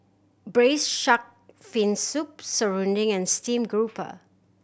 Braised Shark Fin Soup Serunding and steamed grouper